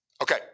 Okay